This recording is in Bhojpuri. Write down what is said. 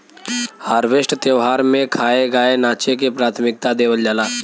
हार्वेस्ट त्यौहार में खाए, गाए नाचे के प्राथमिकता देवल जाला